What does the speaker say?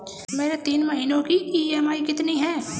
मेरी तीन महीने की ईएमआई कितनी है?